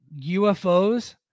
UFOs